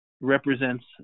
represents